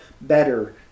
better